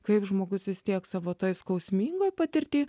kaip žmogus vis tiek savo toj skausmingoj patirty